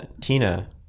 Tina